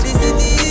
city